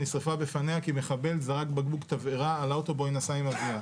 נשרפה בפנייה כי מחבל זרק בקבוק תבערה על האוטו שבו היא נסעה עם אביה.